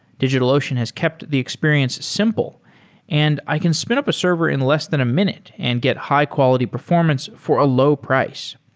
digitalocean has kept the experience simple and i can spin up a server in less than a minute and get high-quality performance for a low price.